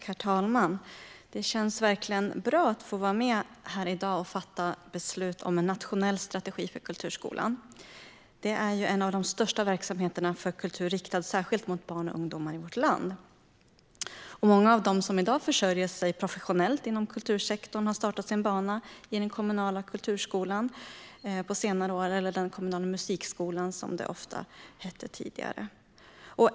Herr talman! Det känns verkligen bra att få vara med här i dag och fatta beslut om en nationell strategi för kulturskolan. Det är en av de största verksamheterna för kultur riktad särskilt mot barn och ungdomar i vårt land. Många av dem som i dag försörjer sig professionellt inom kultursektorn har på senare år startat sin bana i den kommunala kulturskolan, eller i den kommunala musikskolan som det ofta hette tidigare.